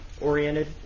oriented